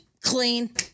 Clean